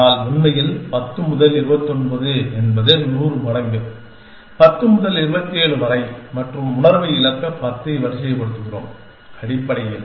ஆனால் உண்மையில் 10 முதல் 29 என்பது 100 மடங்கு 10 முதல் 27 வரை மற்றும் உணர்வை இழக்க 10 ஐ வரிசைப்படுத்துகிறோம் அடிப்படையில்